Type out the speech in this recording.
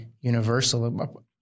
universal